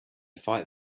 fight